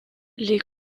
les